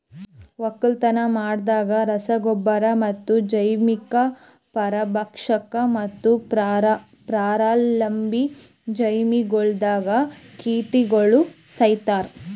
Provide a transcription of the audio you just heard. ಒಕ್ಕಲತನ ಮಾಡಾಗ್ ರಸ ಗೊಬ್ಬರ ಮತ್ತ ಜೈವಿಕ, ಪರಭಕ್ಷಕ ಮತ್ತ ಪರಾವಲಂಬಿ ಜೀವಿಗೊಳ್ಲಿಂದ್ ಕೀಟಗೊಳ್ ಸೈಸ್ತಾರ್